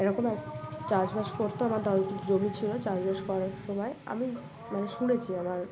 এরকম এক চাষবাস করতো আমার দাল জমি ছিল চাষবাস করার সময় আমি মানে শুনেছি আমার